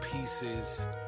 pieces